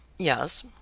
Yes